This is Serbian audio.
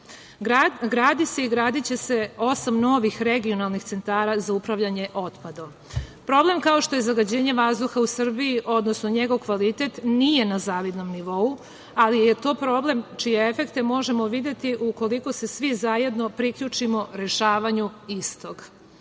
Gradi se i gradiće se osam novih regionalnih centara za upravljanje otpadom. Problem kao što je zagađenje vazduha u Srbiji, odnosno njegov kvalitet nije na zavidnom nivou, ali je to problem čije efekte možemo videti ukoliko se svi zajedno priključimo rešavanju istog. Osim